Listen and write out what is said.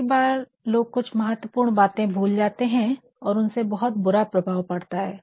कई बार लोग कुछ महत्वपूर्ण बाते भूल जाते है और उनसे बहुत बुरा प्रभाव पड़ता है